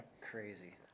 Crazy